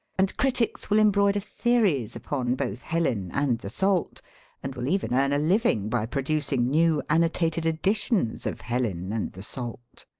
and critics will embroider theories upon both helen and the salt and will even earn a living by producing new annotated editions of helen and the salt.